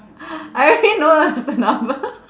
I already know what's the number